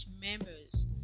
members